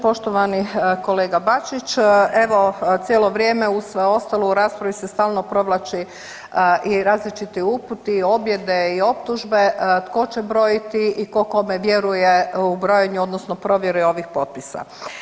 Poštovani kolega Bačić evo cijelo vrijeme uz sve ostalo u raspravi se stalno provlači i različiti uputi i objede i optužbe tko će brojiti i tko kome vjeruje u brojenju odnosno provjeri ovih potpisa.